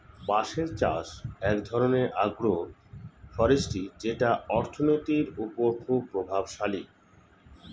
বাঁশের চাষ এক ধরনের আগ্রো ফরেষ্ট্রী যেটা অর্থনীতির ওপর খুবই প্রভাবশালী